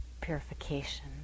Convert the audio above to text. purification